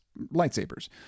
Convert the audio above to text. lightsabers